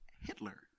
Hitler